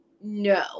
no